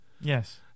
Yes